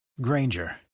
Granger